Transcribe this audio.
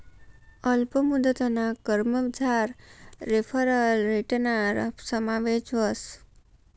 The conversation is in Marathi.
अल्प मुदतना कर्जमझार रेफरल रेटना समावेश व्हस